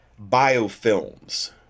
biofilms